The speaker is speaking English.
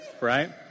right